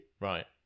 right